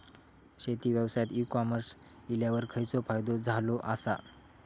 शेती व्यवसायात e commerce इल्यावर खयचो फायदो झालो आसा?